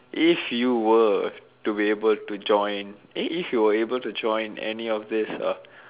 if you were to be able to join eh if you were able to join any of these uh